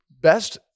best